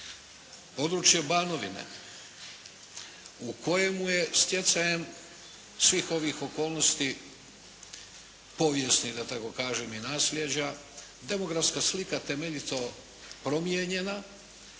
područje Banovine u kojemu je stjecajem svih ovih okolnosti da tako kažem i naslijeđa demografska slika temeljito promijenjena.